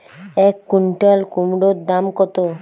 এক কুইন্টাল কুমোড় দাম কত?